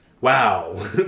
Wow